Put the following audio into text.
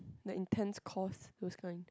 the intense course those kind